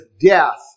death